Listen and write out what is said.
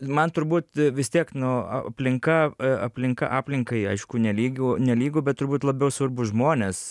man turbūt vis tiek nu aplinka aplinka aplinkai aišku nelygiu nelygu bet turbūt labiau svarbu žmonės